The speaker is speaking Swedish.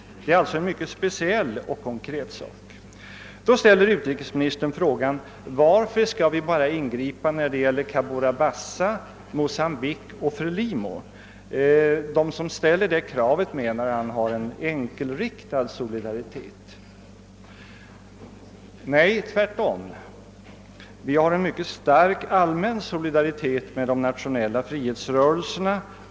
Detta är alltså en mycket speciell och konkret sak. Då frågar utrikesministern: Varför skall vi bara ingripa beträffande Cabora Bassa, Mocambique och Frelimo? De som ställer detta krav har en enkelriktad solidaritet, menar han. Nej, det förhåller sig tvärtom. Vi har en mycket stark allmän solidaritet med de nationella frihetsrörelserna.